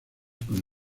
con